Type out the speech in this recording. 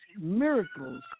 miracles